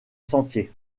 sentier